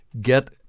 get